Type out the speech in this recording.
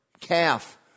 calf